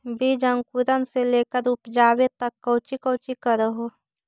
बीज अंकुरण से लेकर उपजाबे तक कौची कौची कर हो?